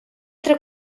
tre